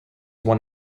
one